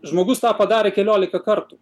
žmogus tą padarė keliolika kartų